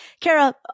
Kara